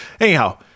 Anyhow